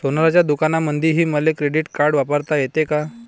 सोनाराच्या दुकानामंधीही मले क्रेडिट कार्ड वापरता येते का?